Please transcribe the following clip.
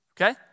okay